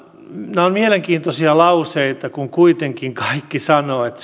nämä ovat mielenkiintoisia lauseita kun kuitenkin kaikki sanovat että